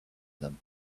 them